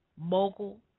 mogul